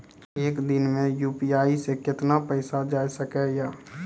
एक दिन मे यु.पी.आई से कितना पैसा जाय सके या?